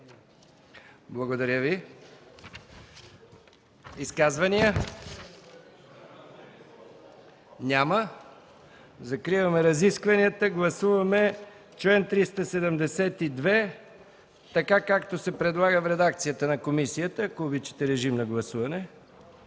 Благодаря Ви. Изказвания – няма. Закриваме разискванията. Гласуваме чл. 372, така както се предлага в редакцията на комисията. Моля, гласувайте.